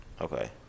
Okay